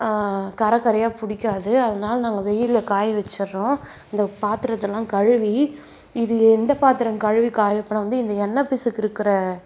கறைகறையாக பிடிக்காது அதனால் நாங்கள் வெயிலில் காய வச்சுட்றோம் இந்த பாத்திரத்தெல்லாம் கழுவி இது எந்த பாத்திரம் கழுவி காய வைப்போன்னால் வந்து இந்த எண்ணெய் பிசுக்கு இருக்கிற